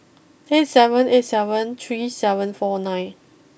eight seven eight seven three seven four nine